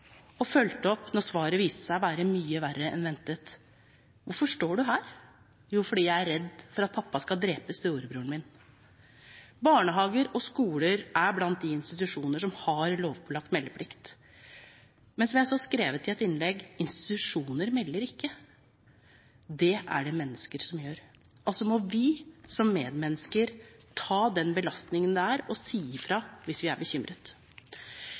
opp når svaret viste seg å være mye verre enn ventet: Hvorfor står du her? Fordi jeg er redd for at pappa skal drepe storebroren min. Barnehager og skoler er blant de institusjoner som har lovpålagt meldeplikt, men som det sto skrevet i et innlegg: Institusjoner melder ikke. Det er det mennesker som gjør. Altså må vi som medmennesker ta den belastningen det er å si ifra hvis vi er bekymret.